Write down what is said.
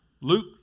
Luke